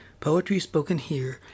poetryspokenhere